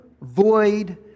void